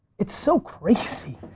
it's so crazy.